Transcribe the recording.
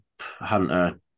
Hunter